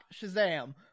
Shazam